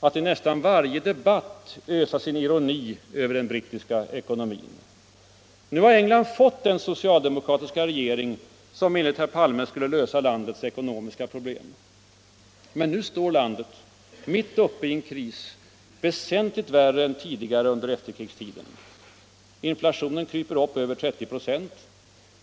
att i nästan varje debatt ösa sin ironi över den brittiska ekonomin. Nu har England fått den socialdemokratiska regering som enligt herr Palme skulle lösa landets ekonomiska problem. Men nu står landet mitt uppe i en kris, väsentligt värre än tidigare under efterkrigstiden: Inflationen kryper upp över 30 96.